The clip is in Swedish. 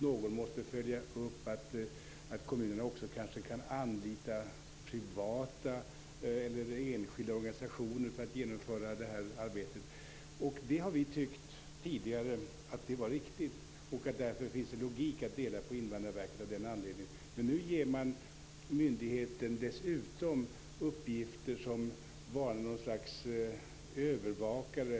Någon måste följa upp att kommunerna också kanske kan anlita enskilda organisationer för att genomföra det här arbetet. Det har vi tidigare tyckt vara riktigt. Av den anledningen finns det en logik i att dela på Invandrarverket. Men nu ger man myndigheten dessutom uppgifter som om den var något slags övervakare.